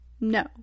No